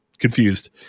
Confused